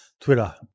Twitter